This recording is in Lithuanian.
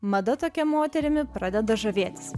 mada tokia moterimi pradeda žavėtis